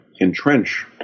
entrench